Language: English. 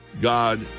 God